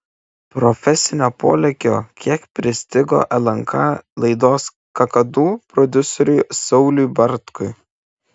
profesinio polėkio kiek pristigo lnk laidos kakadu prodiuseriui sauliui bartkui